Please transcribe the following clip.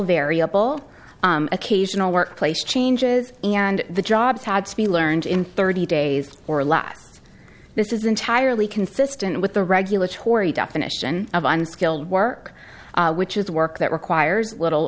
variable occasional workplace changes and the jobs had to be learned in thirty days or less this is entirely consistent with the regulatory definition of unskilled work which is work that requires little